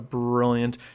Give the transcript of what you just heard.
brilliant